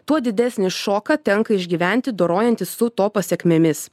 tuo didesnį šoką tenka išgyventi dorojantis su to pasekmėmis